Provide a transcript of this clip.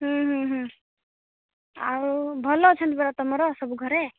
ଆଉ ଭଲ ଅଛନ୍ତି ପରା ତମର ସବୁ ଘରେ